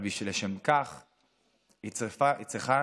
אבל לשם כך היא צריכה